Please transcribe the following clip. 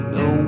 no